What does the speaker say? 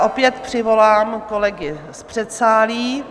Opět přivolám kolegy z předsálí.